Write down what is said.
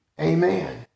Amen